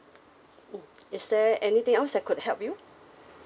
oh is there anything else I could help you